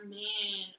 man